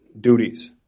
duties